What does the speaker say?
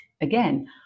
Again